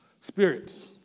Spirits